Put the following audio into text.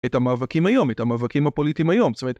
את המאבקים היום, את המאבקים הפוליטיים היום, זאת אומרת...